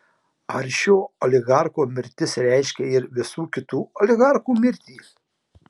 ar šio oligarcho mirtis reiškia ir visų kitų oligarchų mirtį